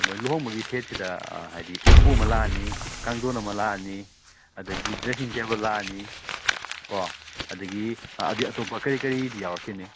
ꯃꯣꯏ ꯂꯨꯍꯣꯡꯕꯒꯤ ꯁꯦꯠꯁꯤꯗ ꯍꯥꯏꯗꯤ ꯎꯄꯨ ꯑꯃ ꯂꯥꯛꯑꯅꯤ ꯀꯥꯡꯗꯣꯟ ꯑꯃ ꯂꯥꯛꯑꯅꯤ ꯑꯗꯒꯤ ꯗ꯭ꯔꯦꯁꯤꯡ ꯇꯦꯕꯜ ꯂꯛꯑꯅꯤ ꯀꯣ ꯑꯗꯒꯤ ꯑꯥ ꯑꯗꯩ ꯑꯇꯣꯞꯄ ꯀꯔꯤ ꯀꯔꯤꯗꯤ ꯌꯥꯎꯔꯛꯈꯤꯅꯤ